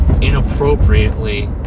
Inappropriately